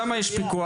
שם יש פיקוח,